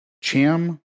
Cham